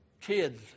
kids